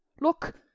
look